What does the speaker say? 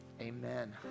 Amen